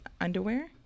underwear